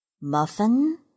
Muffin